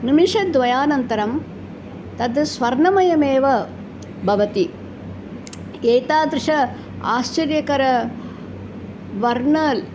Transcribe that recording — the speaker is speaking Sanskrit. निमिषद्वयानन्तरं तद् स्वर्णमयमेव भवति एतादृशम् आश्चर्यकरं वर्णम्